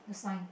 the sign